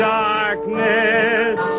darkness